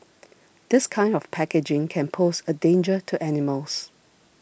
this kind of packaging can pose a danger to animals